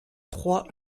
trois